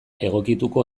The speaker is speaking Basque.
egokituko